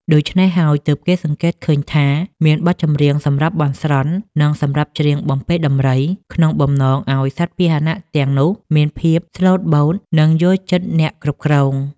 ដូច្នេះហើយ ទើបគេសង្កេតឃើញថាមានបទចម្រៀងសម្រាប់បន់ស្រន់ និងសម្រាប់ច្រៀងបំពេរដំរី ក្នុងបំណងឱ្យសត្វពាហនៈទាំងនោះមានភាពស្លូតបូត និងយល់ចិត្តអ្នកគ្រប់គ្រង។